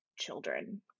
children